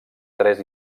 tres